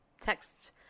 text